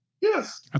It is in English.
Yes